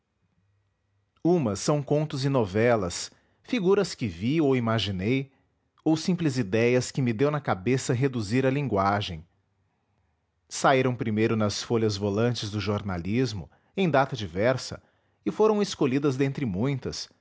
umas são contos e novelas figuras que vi ou imaginei ou simples idéias que me deu na cabeça reduzir a linguagem saíram primeiro nas folhas volantes do jornalismo em data diversa e foram escolhidas dentre muitas